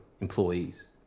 employees